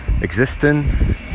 existing